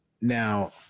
Now